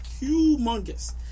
Humongous